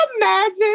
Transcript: imagine